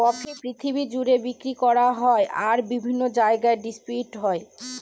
coffee পৃথিবী জুড়ে বিক্রি করা হয় আর বিভিন্ন জায়গায় ডিস্ট্রিবিউট হয়